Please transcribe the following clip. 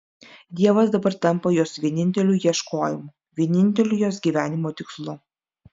dievas dabar tampa jos vieninteliu ieškojimu vieninteliu jos gyvenimo tikslu